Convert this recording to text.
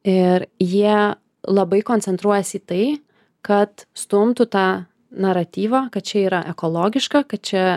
ir jie labai koncentruojasi į tai kad stumtų tą naratyvą kad čia yra ekologiška kad čia